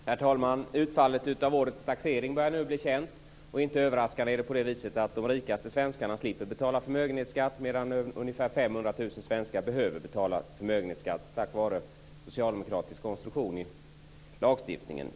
Herr talman! Utfallet av årets taxering börjar nu bli känt, och inte överraskande är det så att de rikaste svenskarna slipper betala förmögenhetsskatt medan ungefär 500 000 svenskar måste betala förmögenhetsskatt. Orsaken härtill är en socialdemokratisk konstruktion av lagstiftningen.